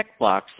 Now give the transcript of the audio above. TechBlocks